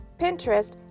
Pinterest